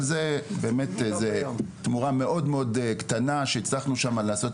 אבל זו תמורה מאוד מאוד קטנה שהצלחנו שם לעשות,